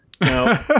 no